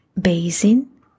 basin